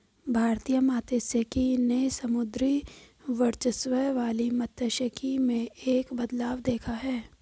भारतीय मात्स्यिकी ने समुद्री वर्चस्व वाली मात्स्यिकी में एक बदलाव देखा है